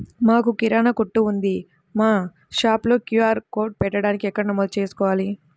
మాకు కిరాణా కొట్టు ఉంది మా షాప్లో క్యూ.ఆర్ కోడ్ పెట్టడానికి ఎక్కడ నమోదు చేసుకోవాలీ?